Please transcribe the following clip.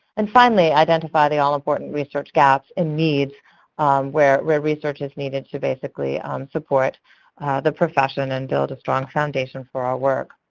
and finally, identify the all-important research gaps and needs where where research is needed to basically support the profession and build a strong foundation for our work.